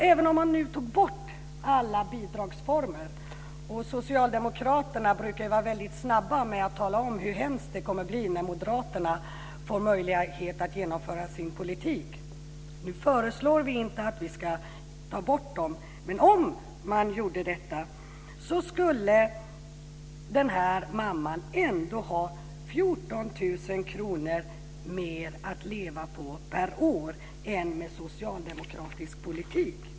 Även om vi tog bort alla bidragsformer - socialdemokraterna brukar ju vara väldigt snabba med att tala om hur hemskt det kommer att bli när moderaterna får möjlighet att genomföra sin politik, fast nu föreslår vi ju inte detta - skulle den här mamman ändå ha 14 000 kr mer att leva på per år än med socialdemokratisk politik.